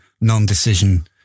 non-decision